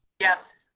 yes.